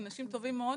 אנשים טובים מאוד.